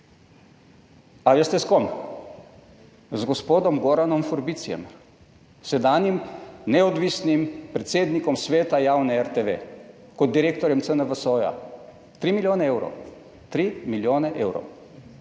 A veste s kom? Z gospodom Goranom Forbicijem, sedanjim neodvisnim predsednikom Sveta javne RTV, kot direktorjem CNVS, 3 milijone evrov, 3 milijone evrov,